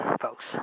folks